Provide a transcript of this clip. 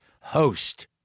host